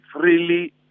freely